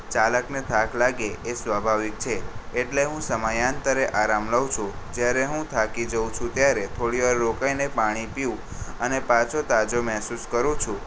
ચાલકને થાક લાગે એ સ્વાભાવિક છે એટલે હું સમયાંતરે આરામ લઉં છું જ્યારે હું થાકી જઉં છું ત્યારે થોડીવાર રોકાઈને પાણી પીવું અને પાછો તાજો મહેસુસ કરું છું